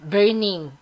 Burning